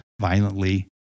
violently